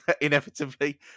inevitably